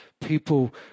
people